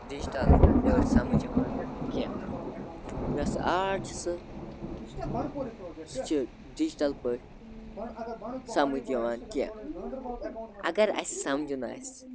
digital پٲٹھۍ سَمٕجھ یِوان کینٛہہ یۄس آرٹ چھِ سُہ سُہ چھِ ڈِجٹَل پٲٹھۍ سَمٕجھ یِوان کیٚنٛہہ اَگر اَسہِ سَمھجُن آسہِ